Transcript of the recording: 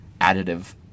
additive